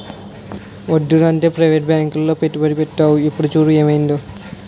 వద్దురా అంటే ప్రవేటు బాంకులో పెట్టుబడి పెట్టేవు ఇప్పుడు చూడు ఏమయిందో